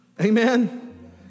Amen